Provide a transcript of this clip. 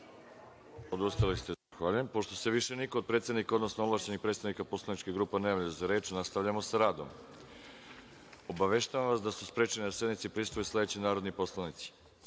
Odustajem.)Zahvaljujem. Pošto se više niko od predsednika, odnosno ovlašćenih predstavnika poslaničkih grupa ne javlja za reč, nastavljamo sa radom. Obaveštavam vas da su sprečeni da sednici prisustvuju sledeći narodni poslanici: